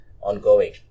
ongoing